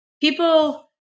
People